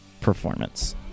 Performance